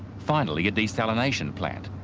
finally a desalination plant.